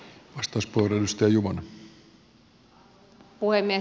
arvoisa puhemies